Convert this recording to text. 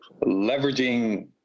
Leveraging